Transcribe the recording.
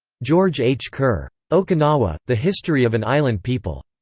george h. kerr. okinawa the history of an island people.